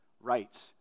right